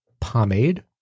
pomade